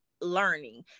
learning